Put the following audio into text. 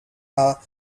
are